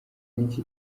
n’iki